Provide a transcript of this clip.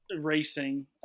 racing